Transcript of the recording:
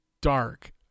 dark